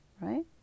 right